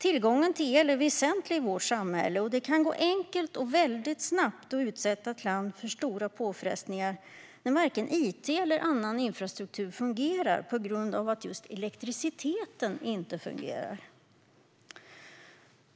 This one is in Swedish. Tillgången till el är väsentlig i vårt samhälle, och det kan gå lätt och snabbt att utsätta ett land för stora påfrestningar när varken it eller annan infrastruktur fungerar på grund av att just elektriciteten inte fungerar.